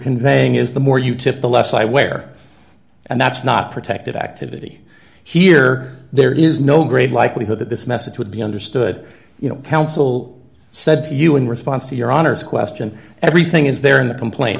conveying is the more you tip the less i wear and that's not protected activity here there is no great likelihood that this message would be understood you know counsel said to you in response to your honor's question everything is there in the complaint